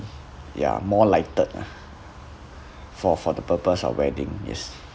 ya more lighted ah for for the purpose of wedding yes